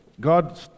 God